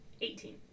Eighteen